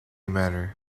manor